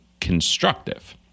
constructive